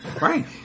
Right